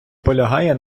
полягає